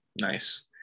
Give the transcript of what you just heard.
Nice